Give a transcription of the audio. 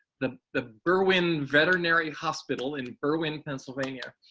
the the berwyn veterinary hospital in berwyn, pennsylvania.